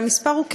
והמספר הוא,